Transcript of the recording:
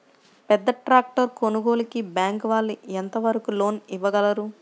పెద్ద ట్రాక్టర్ కొనుగోలుకి బ్యాంకు వాళ్ళు ఎంత వరకు లోన్ ఇవ్వగలరు?